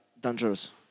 dangerous